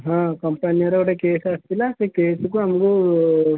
ହଁ କମ୍ପାନୀର ଗୋଟେ କେସ୍ ଆସିଥିଲା ସେ କେସ୍କୁ ଆମକୁ